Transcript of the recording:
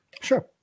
Sure